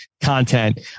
content